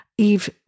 Eve